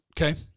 okay